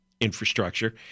infrastructure